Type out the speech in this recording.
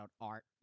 Art